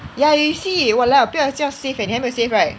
ya you see !walao! 不要这样 save eh 你还没有 save right